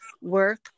work